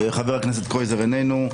חבר הכנסת קרויזר איננו,